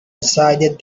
decided